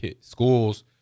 schools